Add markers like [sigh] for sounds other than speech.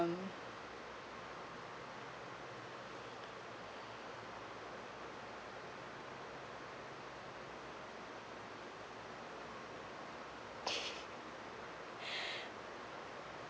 um [laughs]